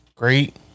Great